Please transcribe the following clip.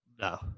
No